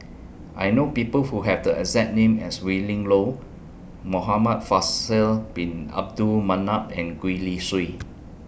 I know People Who Have The exact name as Willin Low Muhamad Faisal Bin Abdul Manap and Gwee Li Sui